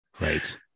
Right